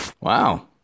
Wow